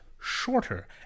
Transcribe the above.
shorter